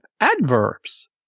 adverbs